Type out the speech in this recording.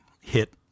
hit